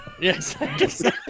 Yes